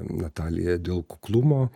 natalija dėl kuklumo